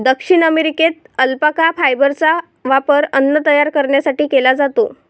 दक्षिण अमेरिकेत अल्पाका फायबरचा वापर अन्न तयार करण्यासाठी केला जातो